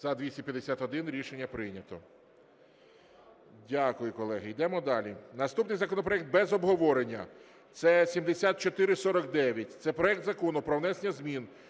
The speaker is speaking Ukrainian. За-251 Рішення прийнято. Дякую, колеги. Йдемо далі. Наступний законопроект без обговорення. Це 7449. Це проект Закону про внесення змін